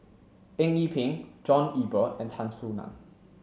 Eng Yee Peng John Eber and Tan Soo Nan